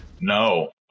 No